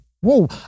whoa